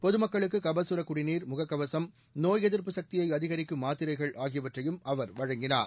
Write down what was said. பொதுமக்களுக்கு கபசுர குடிநீர் முகக்கவசம் நோய் எதிர்ப்புச் சக்தியை அதிகரிக்கும் மாத்திரைகள் ஆகியவற்றையும் அவர் வழங்கினார்